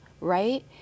right